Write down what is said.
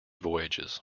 voyages